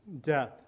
death